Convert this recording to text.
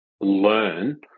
learn